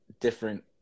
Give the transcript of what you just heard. different